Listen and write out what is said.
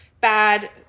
bad